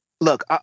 Look